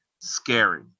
scary